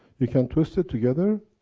you can twist it together,